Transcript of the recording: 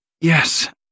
Yes